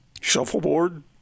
Shuffleboard